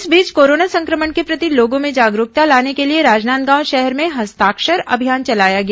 इस बीच कोरोना संक्रमण के प्रति लोगों में जागरूकता लाने के लिए राजनांदगांव शहर में हस्ताक्षर अभियान चलाया गया